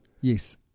Yes